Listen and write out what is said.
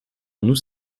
nous